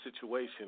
situation